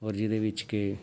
ਔਰ ਜਿਹਦੇ ਵਿੱਚ ਕਿ